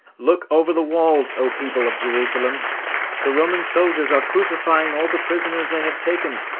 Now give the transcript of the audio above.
look over the walls, o people of jerusalem the roman soldiers are crucifying all the prisoners they have taken,